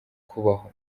kubaho